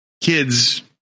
kids